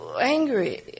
angry